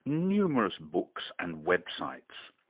numerous books and websites.